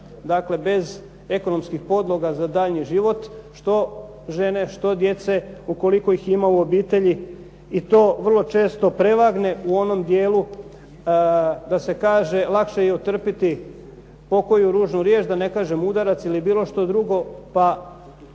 dakle bez ekonomskih podloga za daljnji život što žene, što djece, ukoliko ih ima u obitelji i to vrlo često prevagne u onom dijelu da se kaže lakše je otrpjeti pokoju ružnu riječ da ne kažem udarac ili bilo što drugo pa